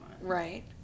Right